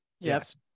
Yes